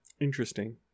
Interesting